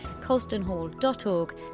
colstonhall.org